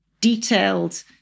detailed